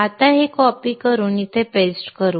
आता हे कॉपी करून इथे पेस्ट करू